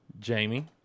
Jamie